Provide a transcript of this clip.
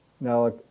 Now